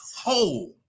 whole